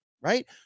right